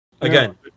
again